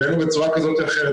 ואין לו בצורה כזאת או אחרת,